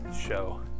show